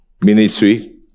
ministry